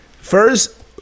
First